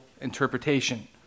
interpretation